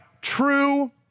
true